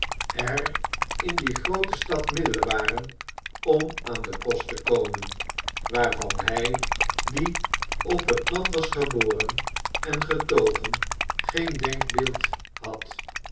en in die groote stad middelen waren om aan den kost te komen waarvan hij die op het land was geboren en getogen geen denkbeeld had